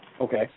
Okay